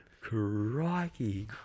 crikey